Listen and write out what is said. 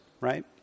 Right